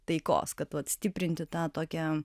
taikos kad vat stiprinti tą tokią